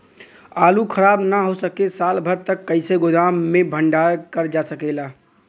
आलू खराब न हो सके साल भर तक कइसे गोदाम मे भण्डारण कर जा सकेला?